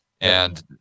And-